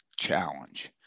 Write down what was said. challenge